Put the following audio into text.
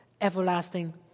everlasting